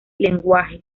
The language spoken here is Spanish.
lenguaje